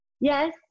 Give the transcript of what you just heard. yes